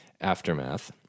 aftermath